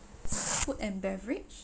food and beverage